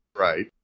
Right